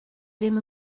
ddim